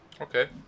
Okay